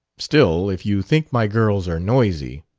still, if you think my girls are noisy.